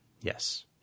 Yes